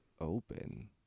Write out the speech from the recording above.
open